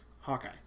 Hawkeye